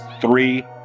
three